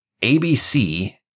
ABC